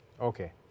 Okay